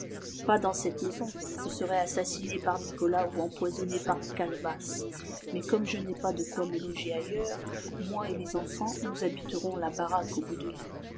pas dans cette maison je serais assassiné par nicolas ou empoisonné par calebasse mais comme je n'ai pas de quoi me loger ailleurs moi et les enfants nous habiterons la baraque au bout de l'île